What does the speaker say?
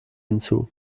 hinzu